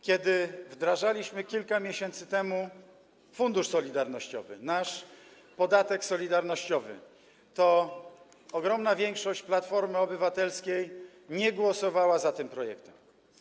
Kiedy wdrażaliśmy kilka miesięcy temu projekt funduszu solidarnościowego, naszego podatku solidarnościowego, to ogromna większość Platformy Obywatelskiej nie zagłosowała za tym projektem.